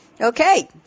Okay